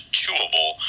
chewable